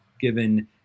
given